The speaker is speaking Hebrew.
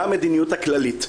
מה המדיניות הכללית?